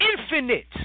infinite